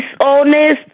honest